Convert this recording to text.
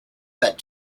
set